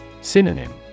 Synonym